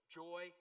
joy